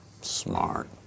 Smart